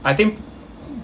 I think